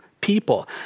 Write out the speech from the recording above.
people